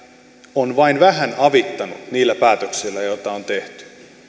on vain vähän avittanut niillä päätöksillä joita on tehty